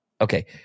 Okay